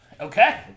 Okay